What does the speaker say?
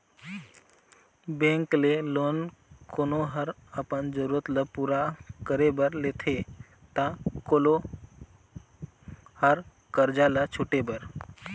bank ले loan कोनो हर अपन जरूरत ल पूरा करे बर लेथे ता कोलो हर करजा ल छुटे बर